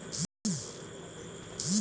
अनाज क बाजार भाव कवने आधार पर तय होला?